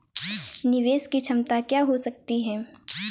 निवेश की क्षमता क्या हो सकती है?